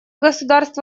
государств